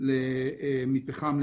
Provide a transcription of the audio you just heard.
אחר כך פחם,